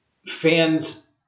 Fans